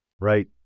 Right